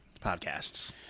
podcasts